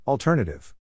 Alternative